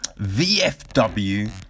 VFW